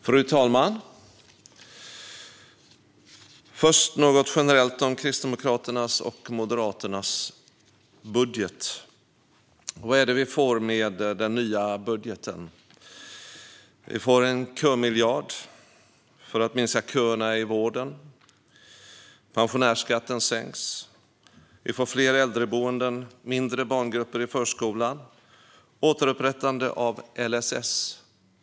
Fru talman! Först vill jag säga något generellt om Kristdemokraternas och Moderaternas budget. Vad är det vi får med den nya budgeten? Vi får bland annat en kömiljard för att minska köerna i vården, sänkt pensionärsskatt, fler äldreboenden, mindre barngrupper i förskolan och återupprättande av LSS.